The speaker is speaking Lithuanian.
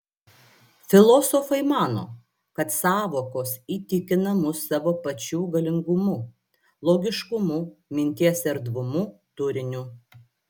filosofai mano kad sąvokos įtikina mus savo pačių galingumu logiškumu minties erdvumu turiniu